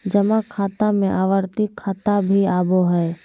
जमा खाता में आवर्ती खाता भी आबो हइ